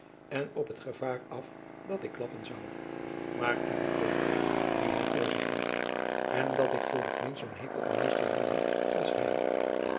en op t gevaar af dat ik klappen zoû maar kievit weet wien hy voor heeft en dat ik voor t minst zoo'n hekel aan mr jan heb als hy